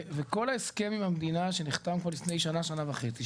וכל ההסכם עם המדינה שנחתם פה לפני שנה-שנה וחצי,